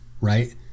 right